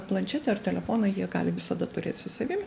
planšetę ar telefoną jie gali visada turėt su savim